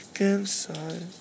inside